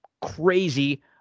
Crazy